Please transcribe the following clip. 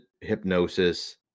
hypnosis